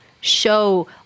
show